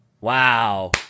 Wow